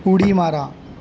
उडी मारा